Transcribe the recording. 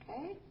Okay